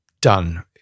done